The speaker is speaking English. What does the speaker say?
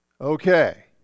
Okay